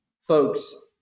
folks